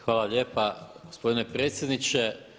Hvala lijepo gospodine predsjedniče.